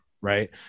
right